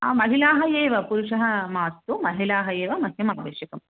महिलाः एव पुरुषः मास्तु महिलाः एव मह्यम् आवश्यकम्